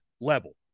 level